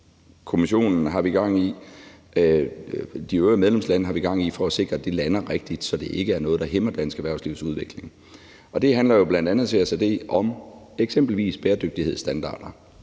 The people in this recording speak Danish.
Kommissionen har vi gang i, og de øvrige medlemslande har vi gang i for at sikre, at det lander rigtigt, så det ikke er noget, der hæmmer dansk erhvervslivs udvikling. Det handler jo bl.a. CSRD om, eksempelvis bæredygtighedsstandarder.